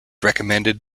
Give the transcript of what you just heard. recommended